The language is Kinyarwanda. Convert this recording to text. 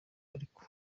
ariko